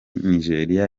nijeriya